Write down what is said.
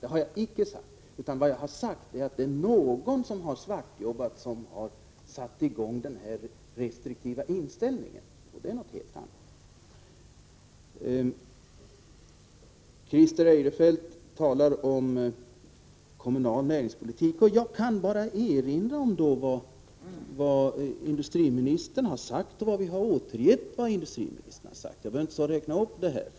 Det har jag icke sagt, utan vad jag har sagt är att det är någon som svartjobbat och gjort att denna restriktiva inställning kommit till stånd. Det är något helt annat! Christer Eirefelt talar om kommunal näringspolitik. Jag kan då bara erinra om vad industriministern har sagt, och detta har vi återgivit i utskottsbetänkandet. Jag behöver inte upprepa det här.